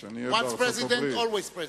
Once president always president.